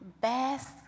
best